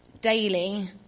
daily